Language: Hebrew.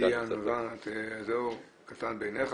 אל יהיה זה קטן בעיניך,